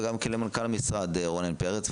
וגם למנכ"ל המשרד רונן פרץ,